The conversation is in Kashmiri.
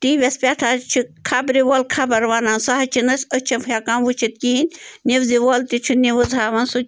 ٹی وی یَس پٮ۪ٹھ حظ چھِ خبرِ وول خبر وَنان سُہ حظ چھِنہٕ أسۍ أچھو ہٮ۪کان وٕچھِتھ کِہیٖنۍ نِوزِ وول تہِ چھِ نِوٕز ہاوان سُہ